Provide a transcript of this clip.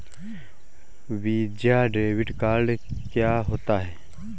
Visa debit card क्या होता है?